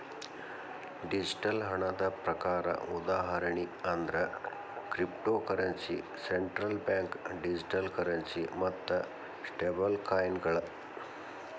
digital ಹಣದ ಪ್ರಕಾರ ಉದಾಹರಣಿ ಅಂದ್ರ cryptocurrency, central bank digital currency ಮತ್ತ ಸ್ಟೇಬಲ್ಕಾಯಿನ್ಗಳ